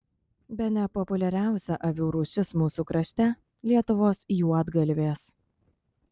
bene populiariausia avių rūšis mūsų krašte lietuvos juodgalvės